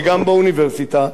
וגם באוניברסיטה,